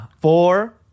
four